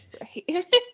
Right